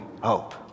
hope